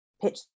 pitch